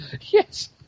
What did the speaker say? Yes